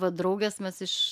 va draugės mes iš